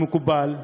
המקובלים,